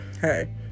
hey